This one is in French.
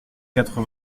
quatre